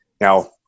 Now